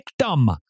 victim